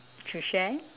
to share